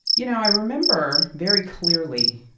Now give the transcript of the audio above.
you know, i remember very clearly,